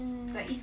mm